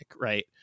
right